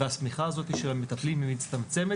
והשמיכה הזאת של המטפלים היא מצטמצמת,